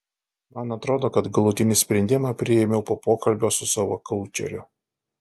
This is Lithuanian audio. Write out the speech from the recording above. man atrodo kad galutinį sprendimą priėmiau po pokalbio su savo koučeriu